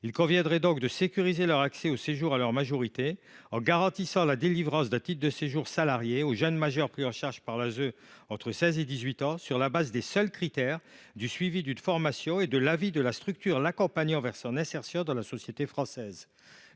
Il conviendrait donc de sécuriser leur accès au séjour à leur majorité en garantissant la délivrance d’un titre de séjour « salarié » aux jeunes majeurs pris en charge par l’ASE entre 16 et 18 ans sur la base des seuls critères du suivi d’une formation et de l’avis de la structure l’accompagnant vers son insertion dans la société française.